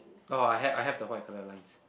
oh I have I have the white colour lines